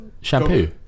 shampoo